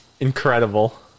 Incredible